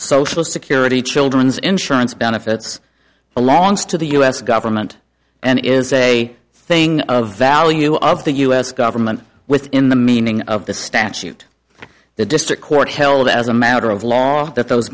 social security children's insurance benefits belongs to the u s government and it is a thing of value of the u s government within the meaning of the statute the district court held as a matter of law that those